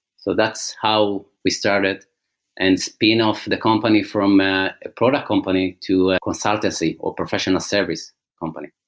so that's how we started and spin off the company from a product company to consultancy of professional service company.